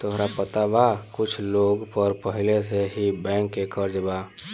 तोहरा पता बा कुछ लोग पर पहिले से ही बैंक के कर्जा बा